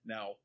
Now